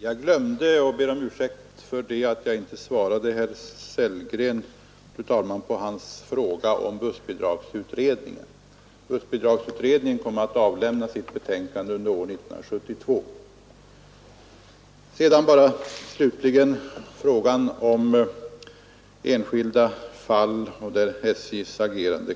Fru talman! Jag glömde att svara herr Sellgren på hans fråga om bussbidragsutredningen, och jag ber om ursäkt för det. Bussbidragsutredningen kommer att avlämna sitt betänkande under 1972. Sedan bara några ord om sådana enskilda fall i SJ:s agerande